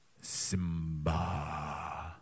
Simba